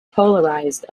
polarized